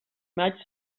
maig